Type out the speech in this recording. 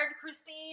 Christine